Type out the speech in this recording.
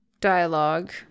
dialogue